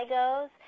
goes